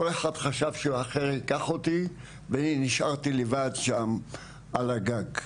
כל אחד חשב שהאחר ייקח אותי ואני נשארתי לבד שם על הגג.